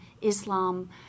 Islam